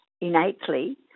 innately